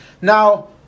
Now